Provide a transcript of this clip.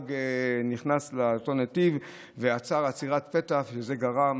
נהג נכנס לאותו נתיב ועצר עצירת פתע, וזה גרם